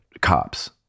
cops